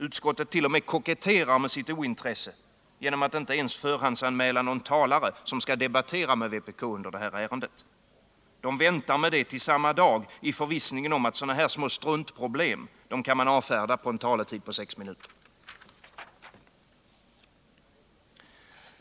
Utskottet t.o.m. koketterar med sitt ointresse genom att inte ens förhandsanmäla någon talare som skall debattera med vpk i detta ärende. Man väntar med det till samma dag, i förvissningen om att sådana här små struntsaker kan man avfärda med en taletid på sex minuter.